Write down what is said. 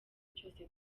byose